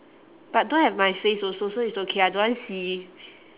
but don't have my face also so it's okay I don't want see